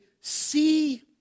see